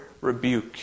rebuke